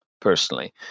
personally